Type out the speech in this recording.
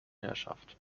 herrschaft